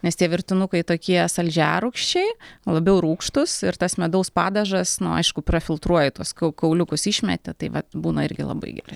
nes tie virtinukai tokie saldžiarūgščiai labiau rūgštūs ir tas medaus padažas nu aišku prafiltruoji tuos kai kauliukus išmeti tai vat būna irgi labai gerai